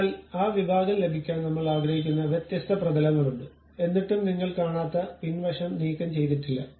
അതിനാൽ ആ വിഭാഗം ലഭിക്കാൻ നമ്മൾ ആഗ്രഹിക്കുന്ന വ്യത്യസ്ത പ്രതലങ്ങളുണ്ട് എന്നിട്ടും നിങ്ങൾ കാണാത്ത പിൻവശം നീക്കംചെയ്തിട്ടില്ല